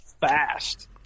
fast